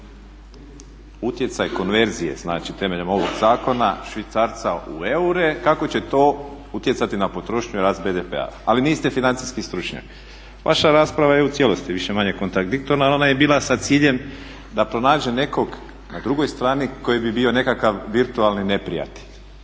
Utjecaj konverzije znači temeljem ovog zakona, švicarca u eure kako će to utjecati na potrošnju i rast BDP-a, ali niste financijski stručnjak. Vaša rasprava je u cijelosti više-manje kontradiktorna. Ona je bila sa ciljem da pronađe nekog na drugoj strani koji bi bio nekakav virtualni neprijatelj,